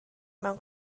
mewn